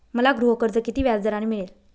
मला गृहकर्ज किती व्याजदराने मिळेल?